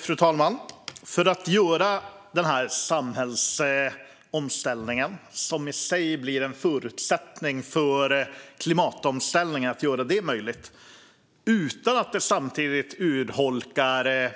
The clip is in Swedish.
Fru talman! För att göra denna samhällsomställning, som i sig blir en förutsättning för att göra klimatomställningen möjlig utan att det samtidigt urholkar